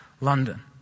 London